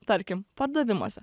tarkim pardavimuose